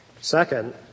Second